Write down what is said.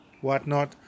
whatnot